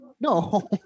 No